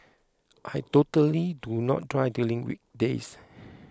I totally do not drive during weekdays